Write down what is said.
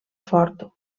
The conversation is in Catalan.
ford